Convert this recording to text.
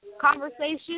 conversation